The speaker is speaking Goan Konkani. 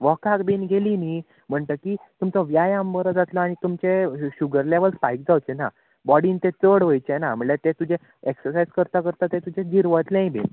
वॉकाक बीन गेली न्ही म्हणटकीर तुमचो व्यायाम बरो जातलो आनी तुमचे शुगर लेवल्स स्पायक जावचें ना बॉडीन ते चड वयचें ना म्हणल्यार तें तुजें एक्सरसायज करता करता तें तुजें जिरवतलेंय बी